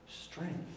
strength